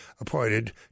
appointed